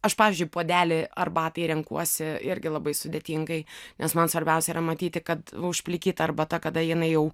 aš pavyzdžiui puodelį arbatai renkuosi irgi labai sudėtingai nes man svarbiausia yra matyti kad va užplikyta arbata kada jinai jau